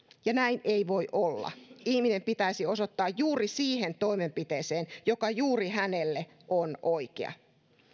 ja näin ei voi olla ihminen pitäisi osoittaa juuri siihen toimenpiteeseen joka juuri hänelle on oikea